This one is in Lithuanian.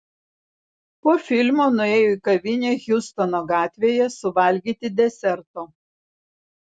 po filmo nuėjo į kavinę hjustono gatvėje suvalgyti deserto